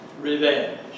revenge